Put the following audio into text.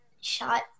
shot